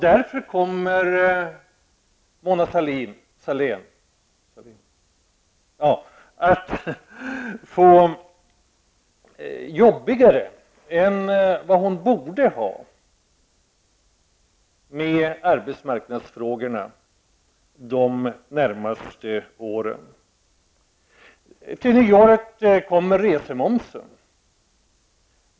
Därför kommer Mona Sahlin att få jobbigare än vad hon borde få med arbetsmarknadsfrågorna de närmaste åren. Till nyåret införs resemoms.